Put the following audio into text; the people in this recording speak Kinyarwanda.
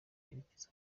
yerekeza